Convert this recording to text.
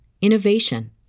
innovation